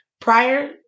prior